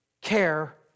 care